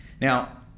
Now